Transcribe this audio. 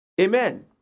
Amen